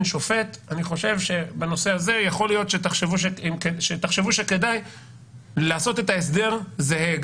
שופט יכול להיות שכדאי לעשות את ההסדר זהה,